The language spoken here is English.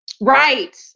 Right